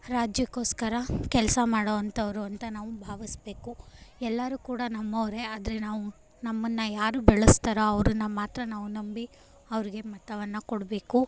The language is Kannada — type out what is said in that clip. ರಾಜ್ಯಕ್ಕೋಸ್ಕರ ಕೆಲಸ ಮಾಡುವಂಥವ್ರು ಅಂತ ನಾವು ಭಾವಿಸಬೇಕು ಎಲ್ಲರೂ ಕೂಡ ನಮ್ಮವರೇ ಆದರೆ ನಾವು ನಮ್ಮನ್ನು ಯಾರು ಬೆಳೆಸ್ತಾರೋ ಅವರನ್ನ ಮಾತ್ರ ನಾವು ನಂಬಿ ಅವ್ರಿಗೆ ಮತವನ್ನು ಕೊಡಬೇಕು